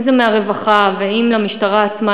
אם זה מהרווחה ואם למשטרה עצמה,